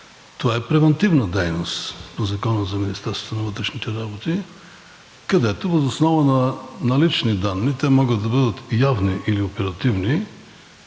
Това е превантивна дейност по Закона за Министерството на вътрешните работи, където въз основа на лични данни – те могат да бъдат явни или оперативни